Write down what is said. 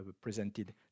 presented